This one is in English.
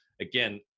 Again